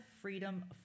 freedom